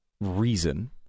reason